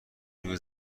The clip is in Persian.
روی